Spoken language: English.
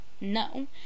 no